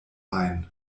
ein